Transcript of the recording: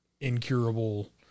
incurable